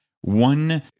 one